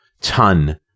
ton